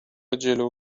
جلو